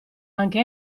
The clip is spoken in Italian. anche